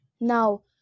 Now